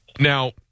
Now